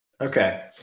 Okay